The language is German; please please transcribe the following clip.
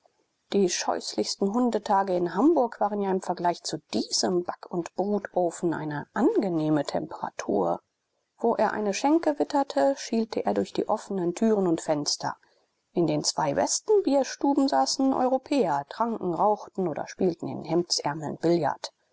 die scheußlichsten hundstage in hamburg waren ja im vergleich zu diesem back und brutofen eine angenehme temperatur wo er eine schenke witterte schielte er durch die offnen türen und fenster in den zwei besten bierstuben saßen europäer tranken rauchten oder spielten in hemdsärmeln billard